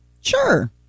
Sure